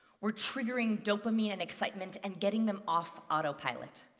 we are triggering dopamine and excitement and getting them off autopilot.